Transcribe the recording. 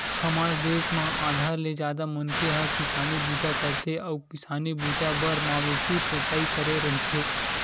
हमर देस म आधा ले जादा मनखे ह किसानी बूता करथे अउ किसानी बूता बर मवेशी पोसई करे रहिथे